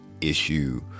issue